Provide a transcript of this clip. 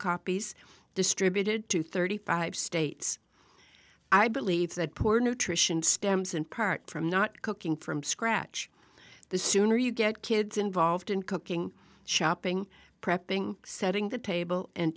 copies distributed to thirty five states i believe that poor nutrition stems in part from not cooking from scratch the sooner you get kids involved in cooking shopping prepping setting the table and